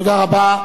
תודה רבה.